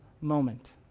moment